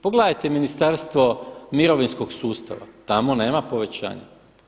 Pogledajte Ministarstvo mirovinskog sustava, tamo nema povećanja.